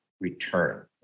return